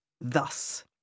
thus